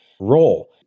role